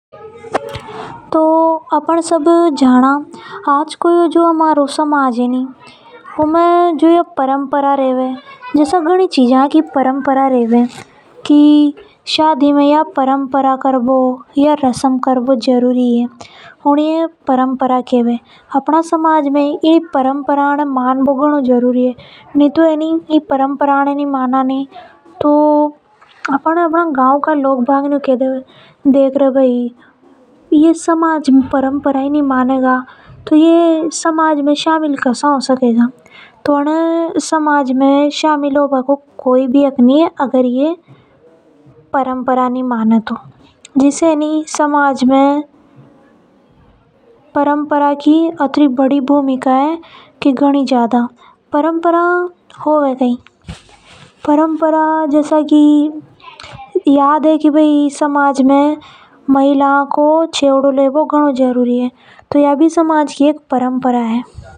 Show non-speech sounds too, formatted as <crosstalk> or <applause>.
तो अपन सब सुना <noise> की अपनो यो जो समाज है ऊं में घणी सारी परम्परा होवे। शादी में जो रस्म होय ऊबे भी परंपरा केवे अपनी समाज में ई परंपरा ने मान बो घनों ज़्यादा जरूरी है। अपन अगर ये सब परम्परा नि माना गा तो गांव का अपन ने सब घणा बुरा केवेगा और बोलेगा कि अपन ने परम्परा ही नि मानी तो अपन समाज में कई से शामिल हो सका। इसलिए समाज के साथ में रे बो भी घनों ज़्यादा जरूरी है। जसा की समाज में महिला को छेवड़ो लेनो घनों जरूरी है। या ही परंपरा है।